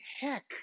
heck